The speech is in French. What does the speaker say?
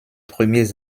premiers